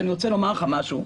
ואני רוצה לומר לך משהו: